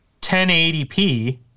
1080p